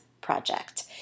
project